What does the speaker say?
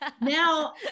now